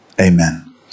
Amen